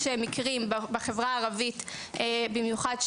יש מקרים בחברה הערבית במיוחד,